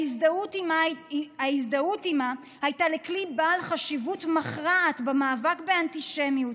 ההזדהות עימם הייתה לכלי בעל חשיבות מכרעת במאבק באנטישמיות,